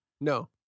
No